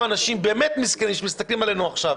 אנשים באמת מסכנים שמסתכלים עלינו עכשיו: